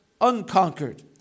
unconquered